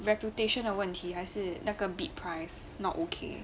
reputation 的问题还是那个 bid price not okay